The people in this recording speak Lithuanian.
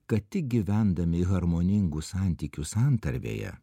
kad tik gyvendami harmoningų santykių santarvėje